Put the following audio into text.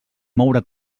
moure